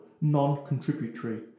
non-contributory